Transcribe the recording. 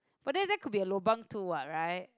but they said could be a lobang too [what] right